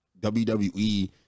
WWE